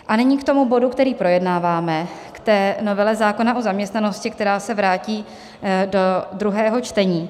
A nyní k bodu, který projednáváme, k novele zákona o zaměstnanosti, která se vrátí do druhého čtení.